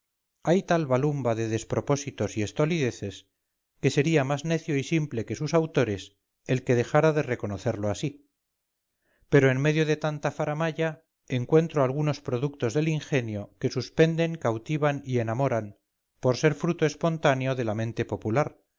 hay tal balumba de despropósitos y estolideces que sería más necio y simple que sus autores el que dejara de reconocerlo así pero en medio de tanta faramalla encuentro algunos productos del ingenio que suspenden cautivan y enamoran por ser fruto espontáneo de la mente popular